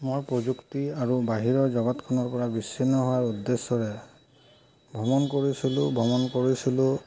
মই প্ৰযুক্তি আৰু বাহিৰৰ জগতখনৰ পৰা বিচ্ছিন্ন হোৱাৰ উদ্দেশ্যৰে ভ্ৰমণ কৰিছিলো ভ্ৰমণ কৰিছিলো